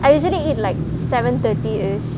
I usually eat like seven thirty-ish